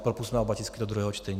Propusťme oba tisky do druhého čtení.